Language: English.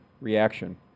reaction